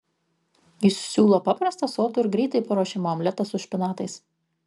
jis siūlo paprastą sotų ir greitai paruošiamą omletą su špinatais